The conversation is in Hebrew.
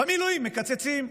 במילואים מקצצים.